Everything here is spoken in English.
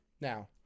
now